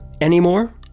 anymore